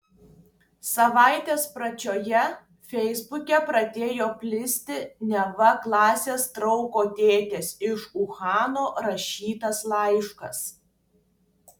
savaitės pradžioje feisbuke pradėjo plisti neva klasės draugo dėdės iš uhano rašytas laiškas